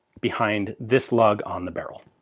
behind this lug on the barrel.